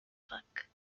book